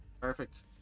Perfect